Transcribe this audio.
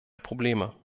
probleme